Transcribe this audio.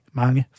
mange